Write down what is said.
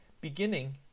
beginning